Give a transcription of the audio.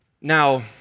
Now